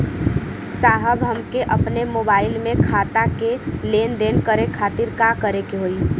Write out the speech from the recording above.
साहब हमके अपने मोबाइल से खाता के लेनदेन करे खातिर का करे के होई?